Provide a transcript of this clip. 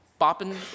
bopping